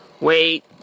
wait